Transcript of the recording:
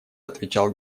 отвечал